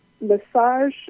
massage